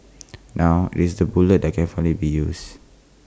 now IT is the bullet that can finally be used